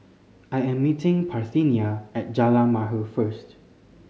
I am meeting Parthenia at Jalan Mahir first